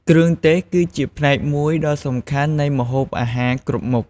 គ្រឿងទេស គឺជាផ្នែកមួយដ៏សំខាន់នៃម្ហូបអាហារគ្រប់មុខ។